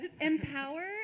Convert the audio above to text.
Empower